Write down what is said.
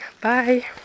Bye